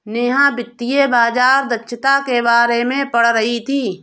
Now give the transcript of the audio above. नेहा वित्तीय बाजार दक्षता के बारे में पढ़ रही थी